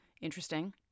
Interesting